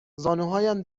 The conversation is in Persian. زانوهایم